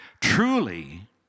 Truly